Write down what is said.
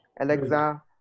alexa